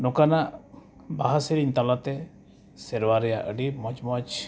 ᱱᱚᱠᱟᱱᱟᱜ ᱵᱟᱦᱟ ᱥᱮᱨᱮᱧ ᱛᱟᱞᱟᱛᱮ ᱥᱮᱨᱣᱟ ᱨᱮᱭᱟᱜ ᱟᱹᱰᱤ ᱢᱚᱡᱽ ᱢᱚᱡᱽ